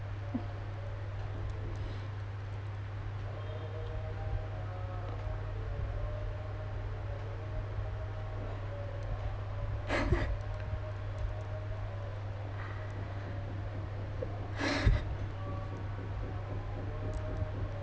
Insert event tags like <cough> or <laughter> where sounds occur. <laughs>